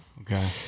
Okay